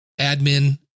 admin